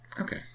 Okay